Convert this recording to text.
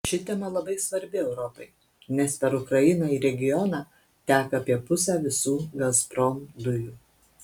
ši tema labai svarbi europai nes per ukrainą į regioną teka apie pusę visų gazprom dujų